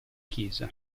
chiesa